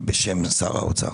בשם שר האוצר.